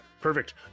Perfect